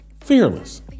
FEARLESS